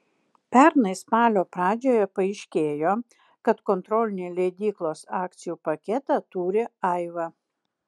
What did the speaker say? pernai spalio pradžioje paaiškėjo kad kontrolinį leidyklos akcijų paketą turi aiva